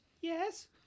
Yes